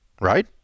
Right